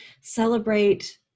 Celebrate